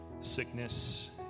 sickness